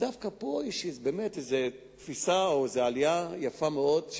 דווקא פה יש איזו תפיסה או עלייה יפה מאוד,